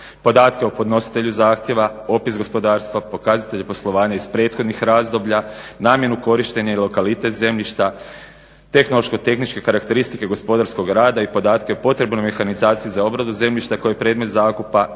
podatke o podnositelju zahtjeva, opis gospodarstva, pokazatelje poslovanja iz prethodnih razdoblja, namjenu korištenja i lokalitet zemljišta, tehnološko-tehničke karakteristike gospodarskog rada i podatke o potrebnoj mehanizaciji za obradu zemljišta koje je predmet zakupa,